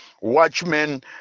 watchmen